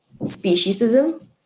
speciesism